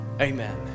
Amen